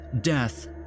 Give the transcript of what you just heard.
death